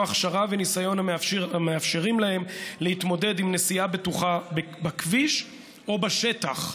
הכשרה וניסיון המאפשרים להם להתמודד עם נסיעה בטוחה בכביש או בשטח.